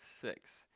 six